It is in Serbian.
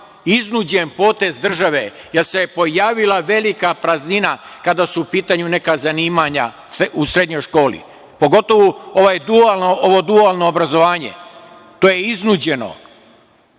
iznuđen potez države, jer se pojavila velika praznina kada su u pitanju neka zanimanja u srednjoj školi, pogotovo ovo dualno obrazovanje, to je iznuđeno,